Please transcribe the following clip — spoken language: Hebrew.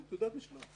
כן, תעודת משלוח.